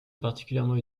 particulièrement